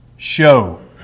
Show